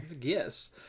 Yes